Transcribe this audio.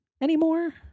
anymore